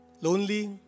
lonely